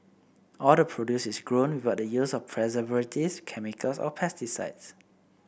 all the produce is grown with the use of preservatives chemicals or pesticides